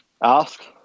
ask